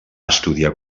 estudiar